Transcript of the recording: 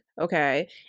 okay